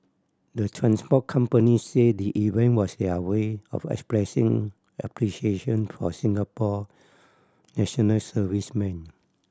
the transport companies said the event was their way of expressing appreciation for Singapore national servicemen